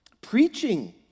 preaching